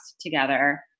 together